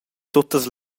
tuttas